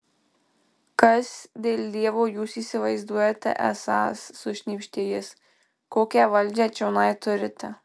kas dėl dievo jūs įsivaizduojate esąs sušnypštė jis kokią valdžią čionai turite